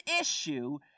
issue